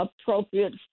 appropriate